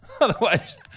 Otherwise